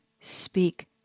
speak